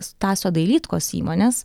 stasio dailydkos įmonės